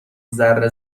ذره